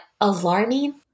alarming